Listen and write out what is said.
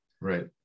Right